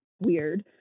weird